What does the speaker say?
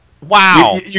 Wow